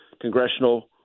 congressional